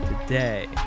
Today